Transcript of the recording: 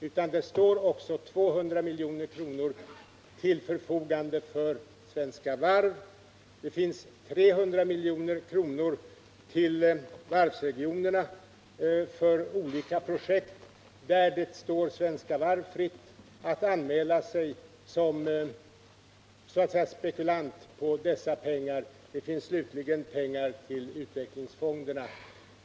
Det finns också 200 milj.kr. till förfogande för Svenska Varv, det finns 300 milj.kr. till varvsregionerna för olika projekt — det står Svenska Varv fritt att anmäla sig som ”spekulant” på de pengarna — och det finns slutligen pengar till utvecklingsfonderna.